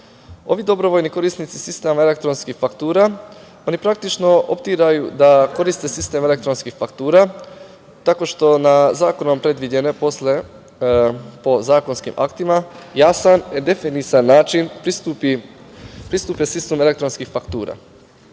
dobrovoljni korisnici sistema elektronskih faktura, oni praktično optiraju da koriste sistem elektronskih faktura, tako što zakonom predviđene po zakonskim aktima, jasan definisan način, se pristupi sistemu elektronskih faktura.